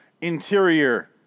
interior